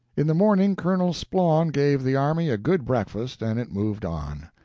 in the morning, colonel splawn gave the army a good breakfast, and it moved on.